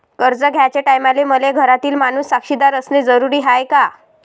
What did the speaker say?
कर्ज घ्याचे टायमाले मले घरातील माणूस साक्षीदार असणे जरुरी हाय का?